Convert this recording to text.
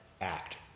act